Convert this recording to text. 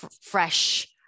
fresh